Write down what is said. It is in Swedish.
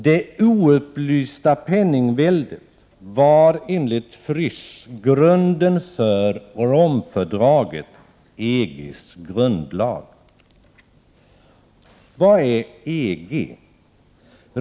Det oupplysta penningväldet var enligt Frisch grunden för Romfördraget, EG:s grundlag. Vad är EG?